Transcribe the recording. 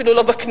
אפילו לא בכנסת,